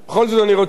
אדוני היושב-ראש,